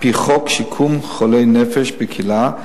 על-פי חוק שיקום חולי נפש בקהילה,